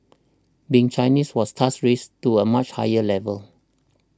being Chinese was thus raised to a much higher level